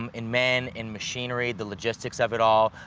um and men, and machinery, the logistics of it all,